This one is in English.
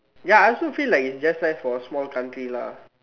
ya I also feel like it's just nice for a small country lah